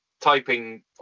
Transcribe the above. typing